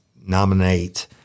nominate